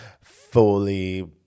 fully